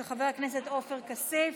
של חבר הכנסת עופר כסיף.